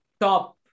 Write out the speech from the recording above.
top